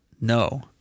No